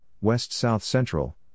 West-South-Central